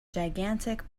gigantic